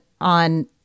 on